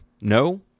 No